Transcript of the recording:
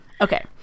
Okay